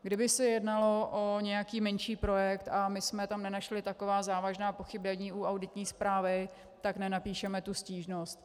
Kdyby se jednalo o nějaký menší projekt a my jsme tam nenašli taková závažná pochybení u auditní zprávy, tak nenapíšeme tu stížnost.